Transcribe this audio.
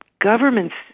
government's